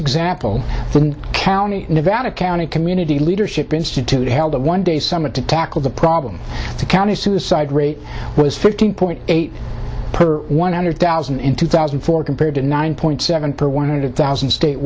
example the county nevada county community leadership institute held a one day summit to tackle the problem the county suicide rate was fifteen point eight per one hundred thousand in two thousand and four compared to nine point seven per one hundred thousand state